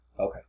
Okay